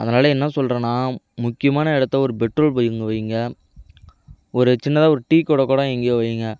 அதனால் என்ன சொல்கிறேன்னா முக்கியமான இடத்துல ஒரு பெட்ரோல் பைங்கு வைங்க ஒரு சின்னதாக ஒரு டீ கடை கூட எங்கேயும் வைங்க